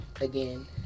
again